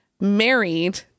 married